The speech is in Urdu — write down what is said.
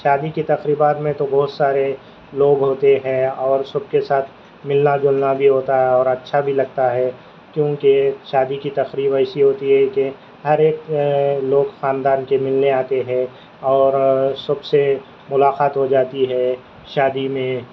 شادی کی تقریبات میں تو بہت سارے لوگ ہوتے ہیں اور سب کے ساتھ ملنا جلنا بھی ہوتا ہے اور اچھا بھی لگتا ہے کیونکہ شادی کی تقریب ایسی ہوتی ہے کہ ہر ایک لوگ خاندان کے لوگ ملنے آتے ہیں اور سب سے ملاقات ہو جاتی ہے شادی میں